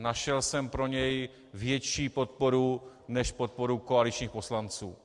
Našel jsem pro něj větší podporu než podporu koaličních poslanců.